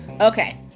Okay